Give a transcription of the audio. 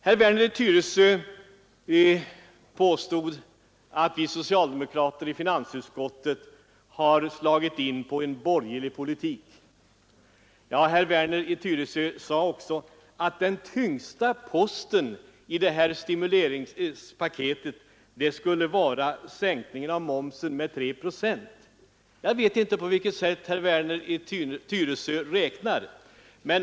Herr Werner i Tyresö påstod att vi socialdemokrater i finansutskottet har slagit in på en borgerlig politik, och han sade att den tyngsta posten i detta stimulanspaket är den treprocentiga sänkningen av momsen. Jag vet inte på vilket sätt herr Werner då räknar.